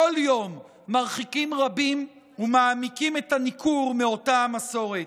כל יום מרחיקים רבים ומעמיקים את הניכור מאותה המסורת.